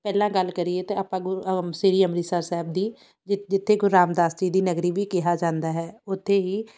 ਪਹਿਲਾਂ ਗੱਲ ਕਰੀਏ ਤਾਂ ਆਪਾਂ ਸ਼੍ਰੀ ਅੰਮ੍ਰਿਤਸਰ ਸਾਹਿਬ ਦੀ ਜਿ ਜਿੱਥੇ ਗੁਰੂ ਰਾਮਦਾਸ ਜੀ ਦੀ ਨਗਰੀ ਵੀ ਕਿਹਾ ਜਾਂਦਾ ਹੈ ਉੱਥੇ ਹੀ